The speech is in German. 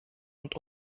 und